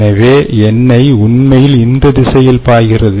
எனவே எண்ணெய் உண்மையில் இந்த திசையில் பாய்கிறது